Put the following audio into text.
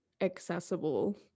accessible